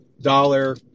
dollar